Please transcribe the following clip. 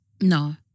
No